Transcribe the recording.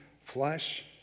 flesh